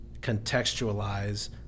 contextualize